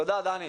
תודה, דני.